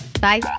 Bye